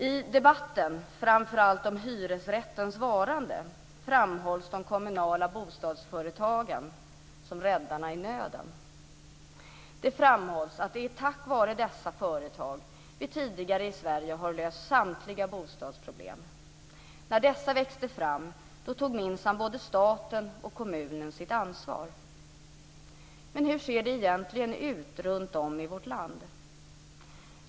I debatten framför allt om hyresrättens varande framhålls de kommunala bostadsföretagen som räddarna i nöden. Det framhålls att det är tack vare dessa företag som vi tidigare i Sverige har löst samtliga bostadsproblem. När dessa växte fram tog minsann både staten och kommunen sitt ansvar. Men hur ser det egentligen ut runtom i vårt land?